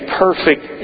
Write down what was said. perfect